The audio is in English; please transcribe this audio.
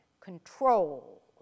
control